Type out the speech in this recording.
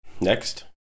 next